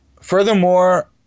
Furthermore